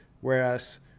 whereas